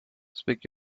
speak